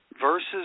versus